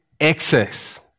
excess